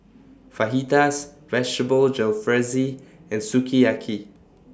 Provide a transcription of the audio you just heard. Fajitas Vegetable Jalfrezi and Sukiyaki